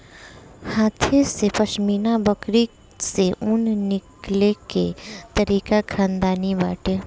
हाथे से पश्मीना बकरी से ऊन निकले के तरीका खानदानी बाटे